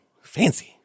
fancy